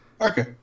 Okay